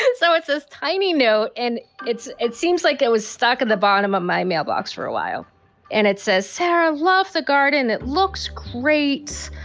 and so it's this tiny note and it's it seems like it was stuck in the bottom of my mailbox for a while and it says sarah loves the garden. it looks great.